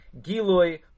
giloi